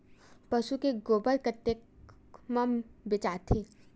पशु के गोबर कतेक म बेचाथे?